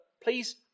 please